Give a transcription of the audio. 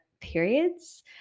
periods